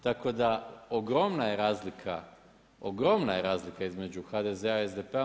Tako ogromna je razlika, ogromna je razlika između HDZ-a i SDP-a.